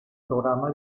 programa